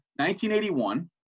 1981